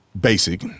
Basic